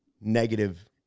negative